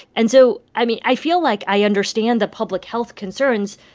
and so, i mean, i feel like i understand the public health concerns,